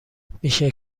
میشه